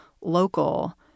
local